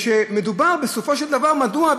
כשמדובר בסופו של דבר, מדוע?